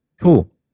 Cool